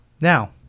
Now